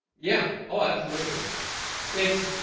yeah, oh absolutely it's